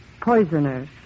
poisoners